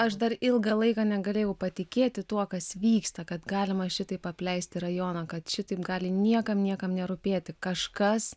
aš dar ilgą laiką negalėjau patikėti tuo kas vyksta kad galima šitaip apleisti rajoną kad šitaip gali niekam niekam nerūpėti kažkas